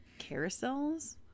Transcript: carousels